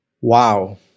Wow